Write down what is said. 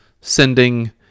sending